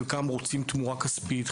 חלקם רוצים תמורה כספית,